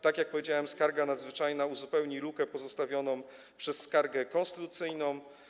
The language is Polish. Tak jak powiedziałem, skarga nadzwyczajna uzupełni lukę pozostawioną przez skargę konstytucyjną.